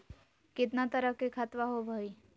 कितना तरह के खातवा होव हई?